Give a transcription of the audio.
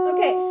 Okay